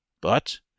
But